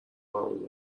برامون